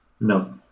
No